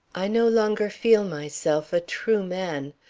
i no longer feel myself a true man.